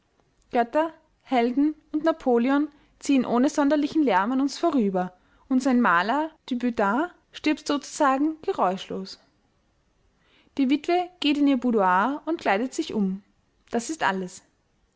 götter helden und napoleon ziehen ohne sonderlichen lärm an uns vorüber und sein maler dubedat stirbt sozusagen geräuschlos die witwe geht in ihr boudoir und kleidet sich um das ist alles